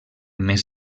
mes